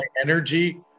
energy